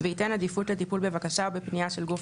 וייתן עדיפות לטיפול בבקשה או בפנייה של גוף